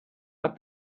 but